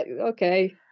okay